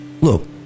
Look